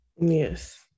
yes